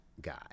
guy